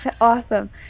awesome